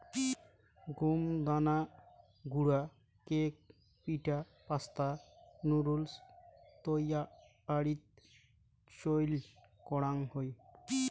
গম দানা গুঁড়া কেক, পিঠা, পাস্তা, নুডুলস তৈয়ারীত চইল করাং হই